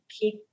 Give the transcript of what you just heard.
keep